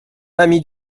ami